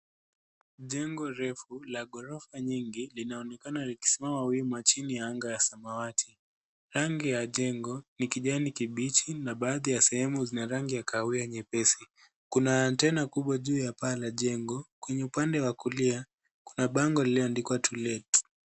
Jengo refu la ghorofa nyingi linaonekana likisimama wima chini ya anga ya samawati. Rangi ya jengo ni kijani kibichi na baadhi ya sehemu zina rangi ya kahawia nyepesi. Kuna antena kubwa juu ya paa la jengo. Kwenye rupande wa kulia, kuna bango iliyoandikwa to let .